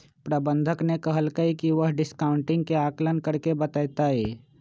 प्रबंधक ने कहल कई की वह डिस्काउंटिंग के आंकलन करके बतय तय